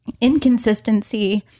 inconsistency